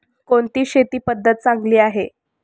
कोणती शेती पद्धती चांगली आहे?